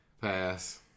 Pass